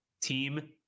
team